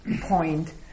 point